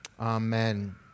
Amen